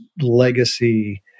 legacy